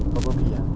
probably ah